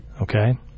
Okay